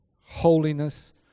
holiness